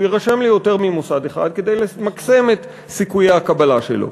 הוא יירשם ליותר ממוסד אחד כדי למקסם את סיכויי הקבלה שלו.